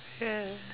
ya